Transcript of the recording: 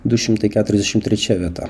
du šimtai keturiasdešim trečia vieta